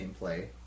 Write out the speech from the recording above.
gameplay